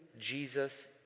Jesus